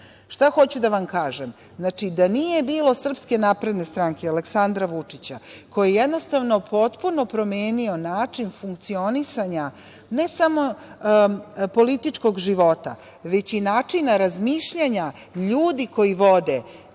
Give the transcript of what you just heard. hoću da vam kažem? Da nije bilo SNS i Aleksandra Vučić koji je jednostavno potpuno promenio način funkcionisanja ne samo političkog života, već i načina razmišljanja ljudi koji vode